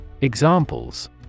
Examples